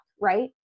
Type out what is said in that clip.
Right